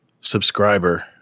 subscriber